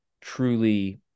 truly